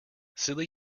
silly